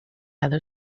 other